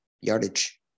yardage